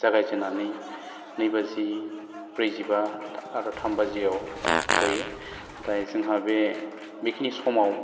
जागायजेन्नानै नै बाजि ब्रैजिबा आरो थाम बाजियाव गयो नाथाय जोंहा बे बेखिनि समाव